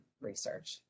research